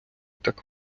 так